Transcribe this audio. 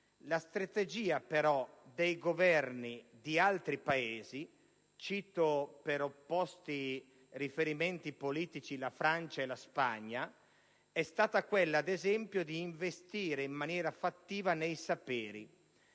la strategia dei Governi di altri Paesi - cito per opposti riferimenti politici la Francia e la Spagna - è stata ad esempio quella di investire in maniera fattiva nei saperi,